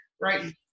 right